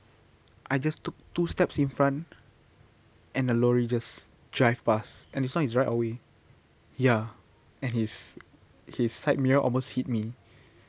I just took two steps in front and a lorry just drive pass and this [one] is right our way ya and his his side mirror almost hit me